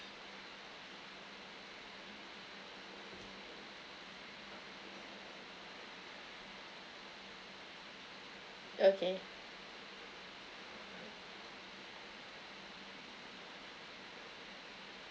okay